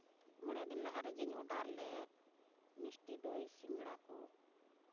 ᱢᱚᱬᱮ ᱫᱤᱱ ᱞᱟᱦᱟ ᱨᱮ ᱡᱟᱸᱦᱟᱧ ᱚᱰᱟᱨ ᱞᱮᱫ ᱢᱤᱥᱴᱤ ᱫᱳᱭ ᱥᱤᱸᱜᱟᱲᱟ ᱠᱚ